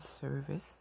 service